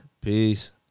Peace